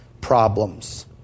problems